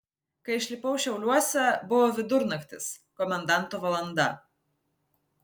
kai išlipau šiauliuose buvo vidurnaktis komendanto valanda